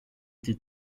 été